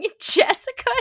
Jessica